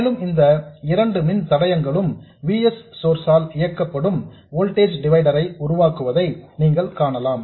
மேலும் இந்த இரண்டு மின் தடயங்களும் V s சோர்ஸ் ஆல் இயக்கப்படும் வோல்டேஜ் டிவைடர் ஐ உருவாக்குவதை நீங்கள் காணலாம்